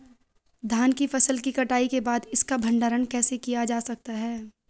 धान की फसल की कटाई के बाद इसका भंडारण कैसे किया जा सकता है?